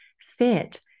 fit